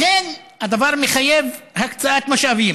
לכן, הדבר מחייב הקצאת משאבים.